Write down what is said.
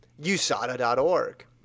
USADA.org